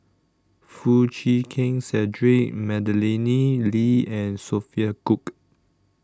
Foo Chee Keng Cedric Madeleine Lee and Sophia Cooke